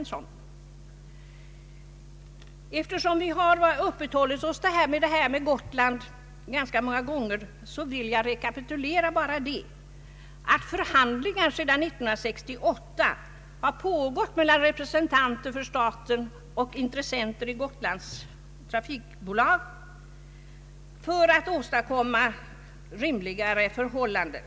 Eftersom vi har haft Gotlandsfrågan uppe till behandling vid flera tillfällen vill jag här bara rekapitulera att förhandlingar har pågått sedan år 1968 mellan representanter för staten och intressenter i Gotlands trafikbolag för att åstadkomma rimligare förhållanden.